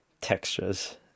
textures